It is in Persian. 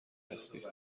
هستید